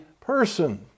person